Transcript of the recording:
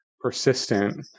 persistent